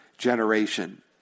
generation